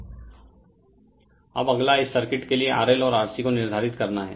Refer Slide Time 1924 अब अगला इस सर्किट के लिए RL और RC को निर्धारित करना है